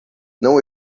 não